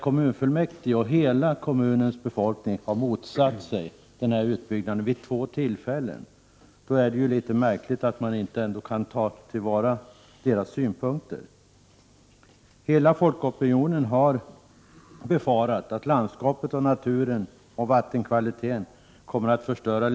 Kommunfullmäktige och hela kommunens befolkning har motsatt sig en sådan här utbyggnad vid två tillfällen. Därför är det litet märkligt att man inte kan ta fasta på dessa människors synpunkter. Av hela folkopinionen att döma befarar man att livsbetingelserna där uppe när det gäller landskapet, naturen och vattenkvaliteten kommer att förstöras.